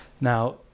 now